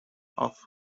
off